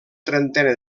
trentena